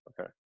Okay